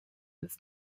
this